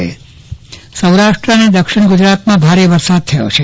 ચંદ્રવદન પદ્ટણી વરસાદ સૌરાષ્ટ્ર અને દક્ષિણ ગુજરાતમાં ભારે વરસાદ થયો છે